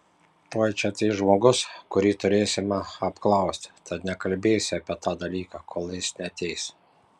tuoj čia ateis žmogus kurį turėsime apklausti tad nekalbėsiu apie tą dalyką kol jis neateis